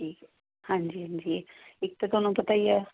ਠੀਕ ਹੈ ਹਾਂਜੀ ਹਾਂਜੀ ਇੱਕ ਤਾਂ ਤੁਹਾਨੂੰ ਪਤਾ ਹੀ ਹੈ